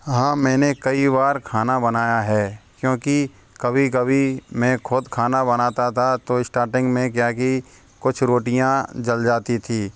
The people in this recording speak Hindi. हाँ मैंने कई बार खाना बनाया है क्योंकि कभी कभी मैं ख़ुद खाना बनाता था तो इस्टार्टिंग क्या कि कुछ रोटियाँ जल जाती थी